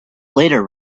later